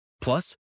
Plus